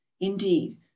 indeed